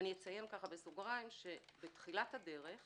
אציין בסוגריים שבתחילת הדרך